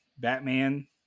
Batman